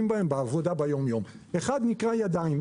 בהם בעבודה היומיומית: אחד נקרא "ידיים".